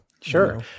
sure